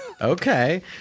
Okay